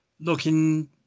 looking